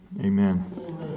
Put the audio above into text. amen